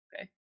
okay